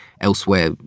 elsewhere